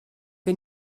que